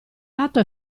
lato